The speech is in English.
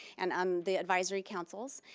and um the advisory councils,